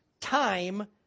time